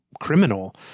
criminal